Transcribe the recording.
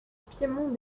piémont